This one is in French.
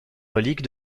reliques